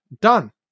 Done